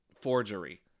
Forgery